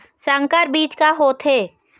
संकर बीज का होथे?